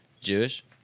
Jewish